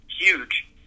huge